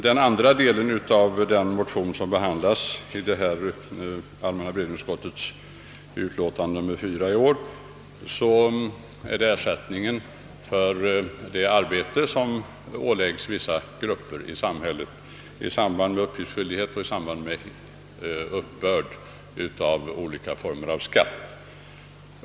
Den andra delen av den motion som behandlas i allmänna beredningsutskottets utlåtande nr 4 i år gäller ersättning för det arbete som åläggs vissa grupper i samhället i samband med uppgiftsskyldighet och uppbörd av olika former av skatt.